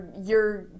you're-